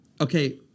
okay